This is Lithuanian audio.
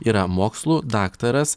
yra mokslų daktaras